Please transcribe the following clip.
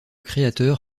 créateur